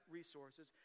resources